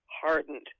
hardened